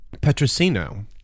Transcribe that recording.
Petrosino